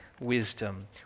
wisdom